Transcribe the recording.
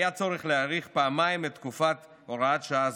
היה צורך להאריך פעמיים את תוקפה של הוראה זו,